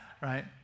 Right